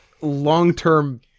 long-term